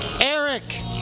Eric